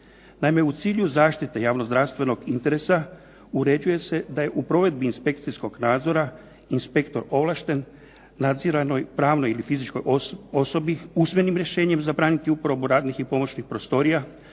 Naime, u cilju zaštite javno-zdravstvenog interesa uređuje se da je u provedbi inspekcijskog nadzora inspektor ovlašten nadziranoj pravnoj ili fizičkoj osobi usmenim rješenjem zabraniti uporabu radnih i pomoćnih prostorija,